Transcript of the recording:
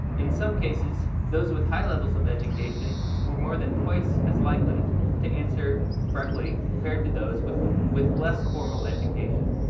in some cases those with high levels of education were more than twice as likely to answer correctly compared to those with with less formal education.